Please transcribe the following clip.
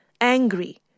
angry